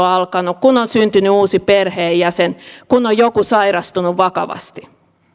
alkanut kun on syntynyt uusi perheenjäsen kun on joku sairastunut vakavasti